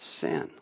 sin